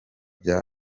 byaba